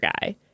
guy